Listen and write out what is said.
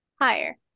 Higher